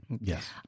Yes